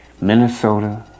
Minnesota